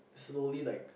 slowly like